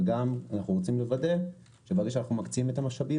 ואנחנו רוצים גם לוודא שברגע שאנחנו מקצים את המשאבים